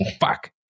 Fuck